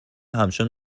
همچون